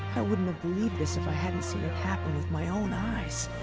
i wouldn't have believed this if i hadn't seen it happen with my own eyes.